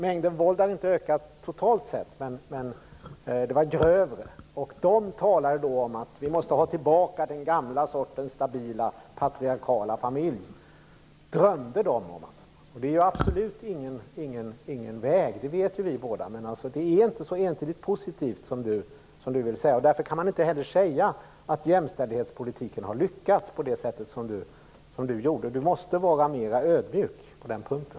Mängden våld har inte ökat totalt sett, men det har blivit grövre. De unga poliserna talade om att vi måste ha tillbaka den gamla sortens stabila, patriarkala familj. Det drömde de om. Det är absolut ingen väg att gå, det vet ju vi båda. Det är alltså inte så entydigt positivt som Därför kan man inte heller säga att jämställdhetspolitiken har lyckats på det sätt som Martin Nilsson gjorde. Martin Nilsson måste vara mer ödmjuk på den punkten.